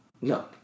No